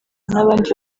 n’abandi